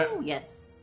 Yes